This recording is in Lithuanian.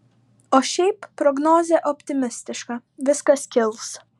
o šiaip prognozė optimistiška viskas kils